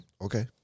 Okay